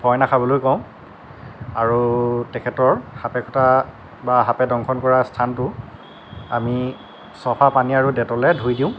ভয় নাখাবলৈ কওঁ আৰু তেখেতৰ সাপে খুটা বা সাপে দংশন কৰা স্থানটো আমি চাফা পানী আৰু ডেটলেৰে ধুই দিওঁ